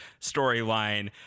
storyline